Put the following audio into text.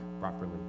properly